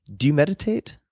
do you meditate?